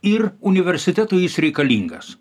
ir universitetui jis reikalingas